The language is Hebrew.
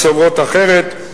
סוברות אחרת,